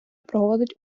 проводить